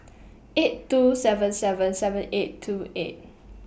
eight two seven seven seven eight two eight